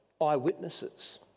eyewitnesses